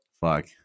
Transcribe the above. Fuck